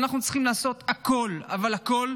ואנחנו צריכים לעשות הכול, אבל הכול,